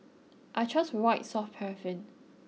I trust white soft paraffin